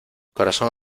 corazón